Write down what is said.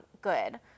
good